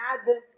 Advent